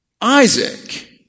Isaac